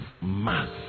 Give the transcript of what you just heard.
mass